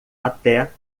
até